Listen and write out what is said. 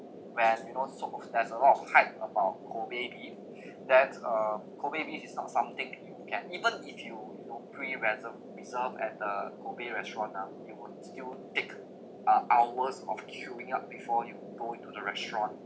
whereas you know sort of there's a lot of hype about kobe beef that's a kobe beef is not something you can even if you you know pre reserve reserve at the kobe restaurant ah you will it still take ah hours of queueing up before you go into the restaurant